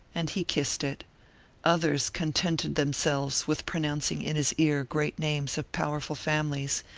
and he kissed it others contented themselves with pronouncing in his ear great names of powerful families,